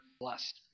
blessed